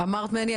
אמרת "מני"